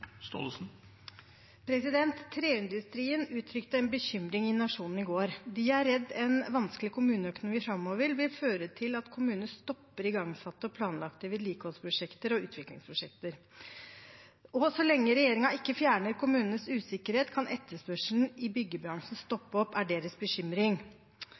Treindustrien uttrykte en bekymring i Nationen i går. De er redd en vanskelig kommuneøkonomi framover vil føre til at kommunene stopper igangsatte og planlagte vedlikeholdsprosjekter og utviklingsprosjekter. Så lenge regjeringen ikke fjerner kommunenes usikkerhet, kan etterspørselen i byggebransjen stoppe opp, er deres bekymring.